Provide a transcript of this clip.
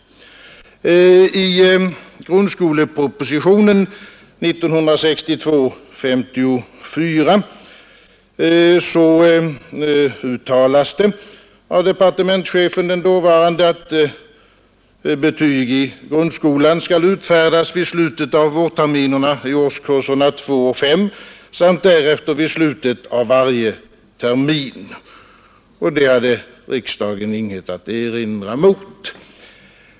I grundskolepropositionen, nr 54 år 1962, uttalas av dåvarande departementschefen, att betyg i grundskolan skall utfärdas vid slutet av vårterminerna i årskurserna 2—5 samt därefter vid slutet av varje termin. Det hade riksdagen ingenting att erinra emot.